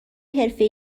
حرفه